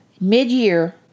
mid-year